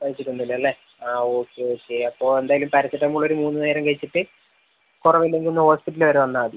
കഴിച്ചിട്ടൊന്നും ഇല്ല അല്ലേ ആ ഓക്കെ ഓക്കെ അപ്പം എന്തായാലും പാരസിറ്റമോൾ ഒര് മൂന്ന് നേരം കഴിച്ചിട്ട് കുറവില്ലെങ്കിൽ ഒന്ന് ഹോസ്പിറ്റൽ വരെ വന്നാൽ മതി